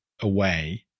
away